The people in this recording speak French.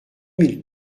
mille